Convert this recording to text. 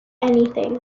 anything